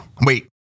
Wait